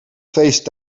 feest